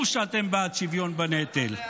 למה להסית?